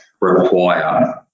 require